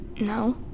No